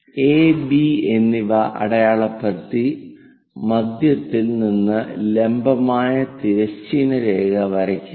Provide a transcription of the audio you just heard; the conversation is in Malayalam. എ ബി A B എന്നിവ അടയാളപ്പെടുത്തി മധ്യത്തിൽ നിന്ന് ലംബമായ തിരശ്ചീന രേഖ വരയ്ക്കുക